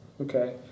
Okay